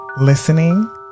listening